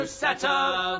settle